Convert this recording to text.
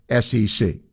SEC